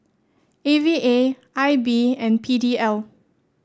A V A I B and P D L